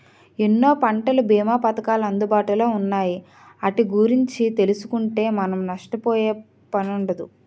ఎన్నో పంటల బీమా పధకాలు అందుబాటులో ఉన్నాయి ఆటి గురించి తెలుసుకుంటే మనం నష్టపోయే పనుండదు